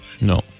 No